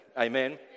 Amen